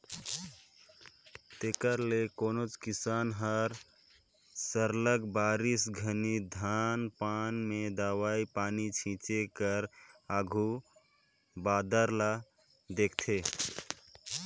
तेकर ले कोनोच किसान हर सरलग बरिखा घनी धान पान में दवई पानी छींचे कर आघु बादर ल देखथे